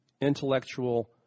intellectual